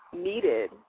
needed